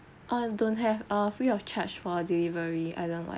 err don't have err free of charge for delivery island wide